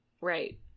Right